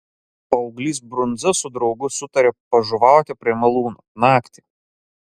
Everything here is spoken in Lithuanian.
paauglys brundza su draugu sutarė pažuvauti prie malūno naktį